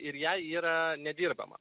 ir ją yra nedirbama